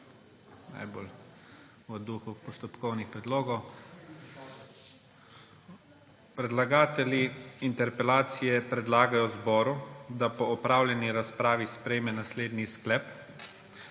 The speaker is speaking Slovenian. najbolj v duhu postopkovnih predlogov. Predlagatelji interpelacije predlagajo Državnemu zboru, da po opravljeni razpravi sprejme naslednji sklep: